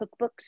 cookbooks